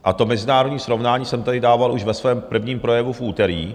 A to mezinárodní srovnání jsem tady dával už ve svém prvním projevu v úterý.